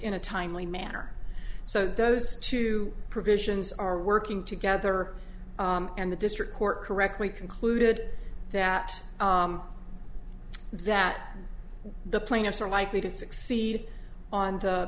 timely manner so those two provisions are working together and the district court correctly concluded that that the plaintiffs are likely to succeed on the